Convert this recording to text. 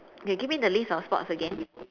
you give me the list of sports again